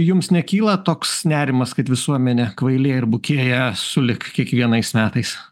jums nekyla toks nerimas kad visuomenė kvailėja ir bukėja sulig kiekvienais metais